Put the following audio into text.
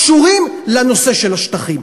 קשורים לנושא של השטחים.